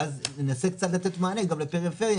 ואז ננסה קצת לתת מענה גם לפריפריה.